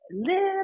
little